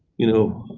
you know,